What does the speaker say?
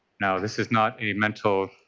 now, this is not a mental